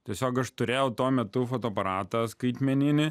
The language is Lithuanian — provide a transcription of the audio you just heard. tiesiog aš turėjau tuo metu fotoaparatą skaitmeninį